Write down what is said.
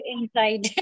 inside